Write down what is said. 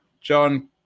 John